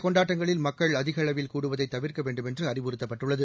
கொண்டாட்டங்களில் மக்கள் அதிக அளவில் கூடுவதை தவிா்க்க வேண்டுமென்று இந்த அறிவுறுத்தப்பட்டுள்ளது